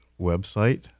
website